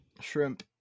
shrimp